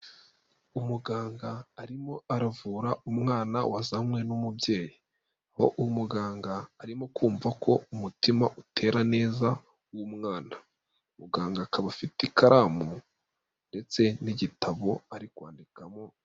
Umuganga arimo aravura umwana wazanywe n'umubyeyi, umuganga arimo kumva ko umutima utera neza w'umwana, muganga akaba afite ikaramu ndetse n'igitabo ari kwandika mo!